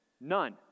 None